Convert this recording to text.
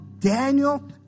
Daniel